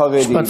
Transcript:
החרדים.